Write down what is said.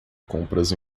compras